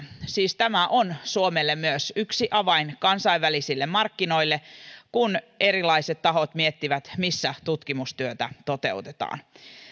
siis tämä on suomelle myös yksi avain kansainvälisille markkinoille kun erilaiset tahot miettivät missä tutkimustyötä toteutetaan